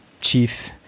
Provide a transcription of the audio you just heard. chief